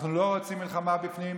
אנחנו לא רוצים מלחמה בפנים,